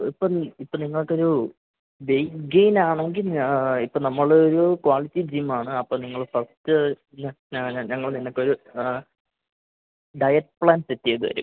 ഇപ്പം ഇപ്പോള് നിങ്ങള്ക്കൊരു വെയ്റ്റ് ഗെയ്നിനാണെങ്കില് ഇപ്പോള് നമ്മളൊരു ക്വാളിറ്റി ജിമ്മാണ് അപ്പോള് നിങ്ങള് ഫസ്റ്റ് ഞങ്ങള് നിങ്ങള്ക്കൊരു ഡയറ്റ് പ്ലാൻ സെറ്റ് ചെയ്തുതരും